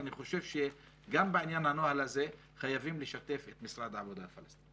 אני חושב שגם בעניין הנוהל הזה חייבים לשתף את משרד העבודה הפלסטיני.